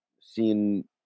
seeing